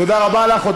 תודה רבה לך.